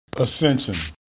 Ascension